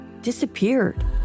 disappeared